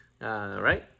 right